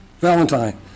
Valentine